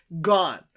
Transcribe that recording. gone